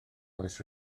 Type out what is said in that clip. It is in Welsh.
oes